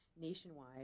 nationwide